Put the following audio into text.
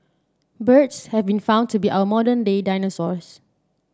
birds have been found to be our modern day dinosaurs